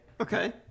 Okay